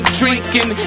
drinking